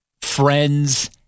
friends